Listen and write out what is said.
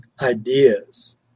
ideas